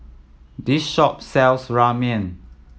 this shop sells Ramen